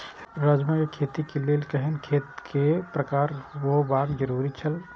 राजमा के खेती के लेल केहेन खेत केय प्रकार होबाक जरुरी छल?